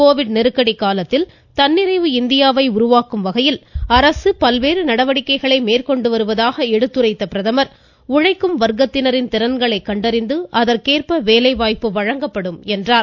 Covid நெருக்கடி காலத்தில் தன்னிறைவு இந்தியாவை உருவாக்கும் வகையில் அரசு பல்வேறு நடவடிக்கைகளை மேற்கொண்டு வருவதாக எடுத்துரைத்த உழைக்கும் வர்க்கத்தினாின் திறன்களை கண்டறிந்து அதற்கேற்ப பிரதமர் வேலைவாய்ப்பு வழங்கப்படும் என்றார்